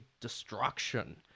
destruction